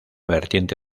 vertiente